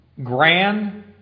grand